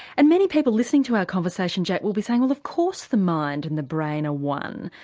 and many people listening to our conversation, jack, will be saying well of course the mind and the brain are one.